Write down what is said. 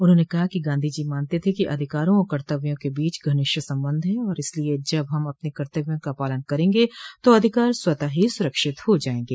उन्होंने कहा कि गांधी जी मानते थे कि अधिकारों और कर्तव्यों के बीच घनिष्ठ संबंध हैं और इसलिए जब हम अपने कर्तव्यों का पालन करेंगे तो अधिकार स्वतः ही सुरक्षित हो जाएंगे